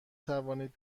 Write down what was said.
توانید